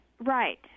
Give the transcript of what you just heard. Right